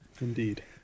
Indeed